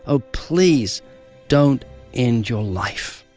oh please don't end your life.